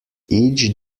each